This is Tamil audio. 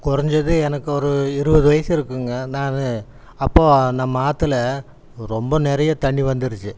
குறஞ்சது எனக்கு ஒரு இருபது வயசு இருக்குங்க நான் அப்போது நம்ம ஆற்றுல ரொம்ப நிறைய தண்ணி வந்துச்சு